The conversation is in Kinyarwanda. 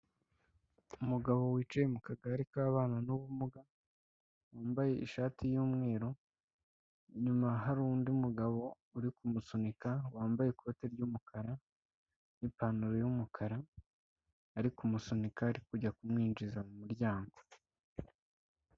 Umugabo wicaye mu kagare k'ababana n'ubumuga wambaye ishati y'umweru, inyuma hari undi mugabo uri kumusunika wambaye ikote ry'umukara n'ipantaro y'umukara, ari kumusunika ari kujya kumwinjiza mu muryango.